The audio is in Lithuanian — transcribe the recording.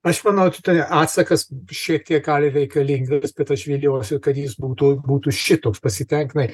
aš manau tai atsakas šiek tiek gal ir reikalingas bet aš vyliuosi kad jis būtų būtų šitoks pasitenkinai